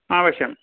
अवश्यम्